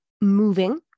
moving